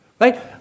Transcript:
Right